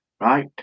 Right